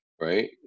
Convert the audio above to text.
right